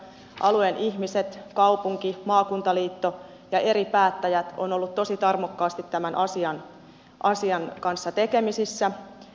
alueen ihmiset kaupunki maakuntaliitto ja eri päättäjät ovat olleet tosi tarmokkaasti tämän asian kanssa tekemisissä